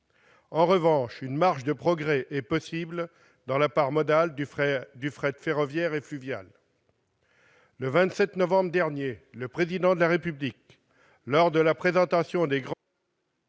En revanche, une marge de progrès est possible dans la part modale du fret ferroviaire et fluvial. Le 27 novembre dernier, lors de la présentation des grands